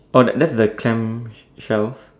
oh that that's the clam shell